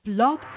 Blog